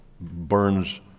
burns